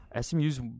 SMU's